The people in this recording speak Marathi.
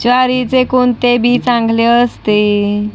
ज्वारीचे कोणते बी चांगले असते?